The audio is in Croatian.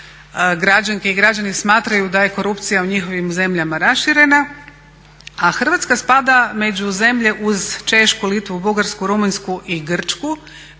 građanke i građani smatraju da je korupcija u njihovim zemljama raširena. A Hrvatska spada među zemlje uz Češku, Litvu, Bugarsku, Rumunjsku i Grčku